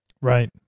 right